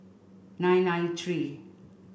nine nine three